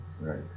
right